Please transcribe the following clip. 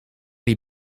die